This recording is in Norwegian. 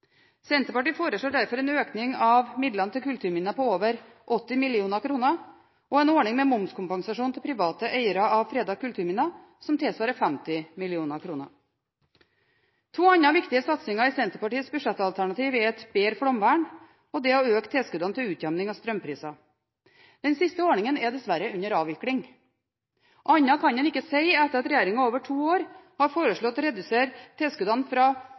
Senterpartiet foreslår derfor en økning av midlene til kulturminner på over 80 mill. kr og en ordning med momskompensasjon til private eiere av fredete kulturminner som tilsvarer 50 mill. kr. To andre viktige satsinger i Senterpartiets budsjettalternativ er et bedre flomvern og å øke tilskuddene til utjevning av strømpriser. Den siste ordningen er dessverre under avvikling. Annet kan en ikke si etter at regjeringen over to år har foreslått å redusere tilskuddene fra